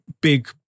big